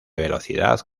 velocidad